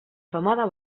femada